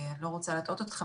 אני לא רוצה להטעות אתכם.